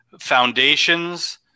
foundations